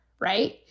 right